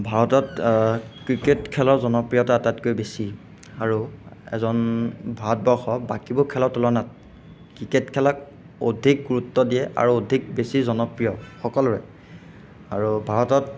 ভাৰতত ক্ৰিকেট খেলৰ জনপ্ৰিয়তা আটাইতকৈ বেছি আৰু এজন ভাৰতবৰ্ষ বাকীবোৰ খেলৰ তুলনাত ক্ৰিকেট খেলাক অধিক গুৰুত্ব দিয়ে আৰু অধিক বেছি জনপ্ৰিয় সকলোৰে আৰু ভাৰতত